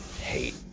hate